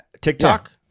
TikTok